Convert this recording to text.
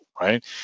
Right